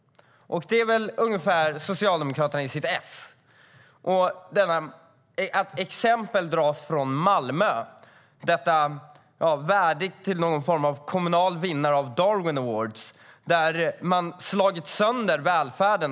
Det är väl ungefär Socialdemokraterna i sitt esse. Man tar exempel från Malmö, denna värdiga kommunala vinnare av Darwin Award, där man slagit sönder välfärden.